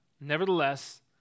Nevertheless